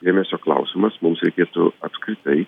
dėmesio klausimas mums reikėtų apskritai